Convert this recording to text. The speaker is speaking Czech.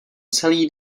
celý